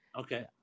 Okay